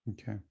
Okay